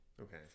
okay